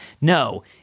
No